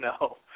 no